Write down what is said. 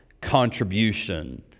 contribution